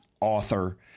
author